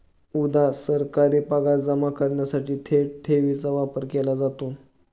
उदा.सरकारी पगार जमा करण्यासाठी थेट ठेवीचा वापर केला जातो